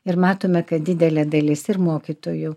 ir matome kad didelė dalis ir mokytojų